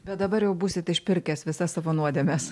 bet dabar jau būsit išpirkęs visas savo nuodėmes